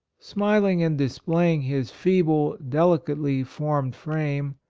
smiling and displaying his fee ble, delicately formed frame,